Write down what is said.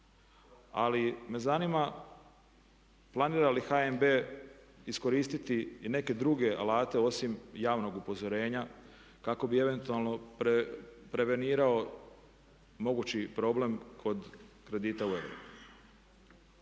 Ali me zanima planira li HNB iskoristiti i neke druge alate osim javnog upozorenja kako bi eventualno prevenirao mogući problem kod kredita u eurima.